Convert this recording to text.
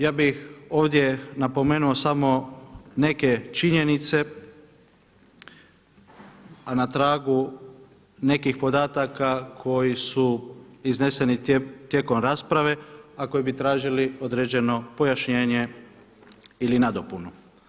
Ja bih ovdje napomenuo samo neke činjenice a na tragu nekih podataka koji su izneseni tijekom rasprave a koji bi tražili određeno pojašnjenje ili nadopunu.